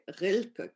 Rilke